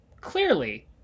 clearly